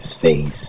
face